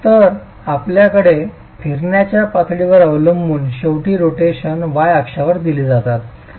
तर आपल्याकडे फिरण्याच्या पातळीवर अवलंबून शेवटची रोटेशन y अक्षावर दिली जातात